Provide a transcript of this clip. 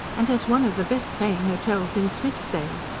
and has one of the best-paying hotels in smythesdale.